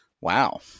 Wow